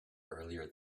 earlier